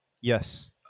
Yes